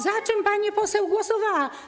Za czym pani poseł głosowała?